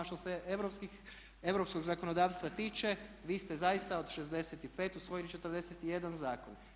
A što se europskog zakonodavstva tiče vi ste zaista od 65 usvojili 41 zakon.